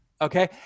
okay